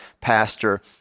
pastor